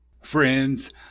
Friends